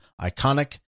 iconic